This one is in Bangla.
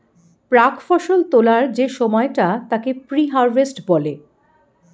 প্রাক্ ফসল তোলার যে সময়টা তাকে প্রি হারভেস্ট বলে